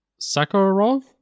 Sakharov